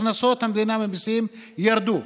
הכנסות המדינה ממיסים ירדו.